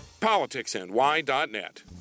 PoliticsNY.net